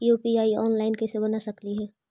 UPI online कैसे बना सकली हे?